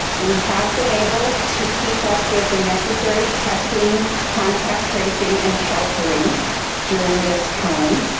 we have been able to keep up with the necessary testing, contact tracing and sheltering during this time.